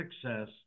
success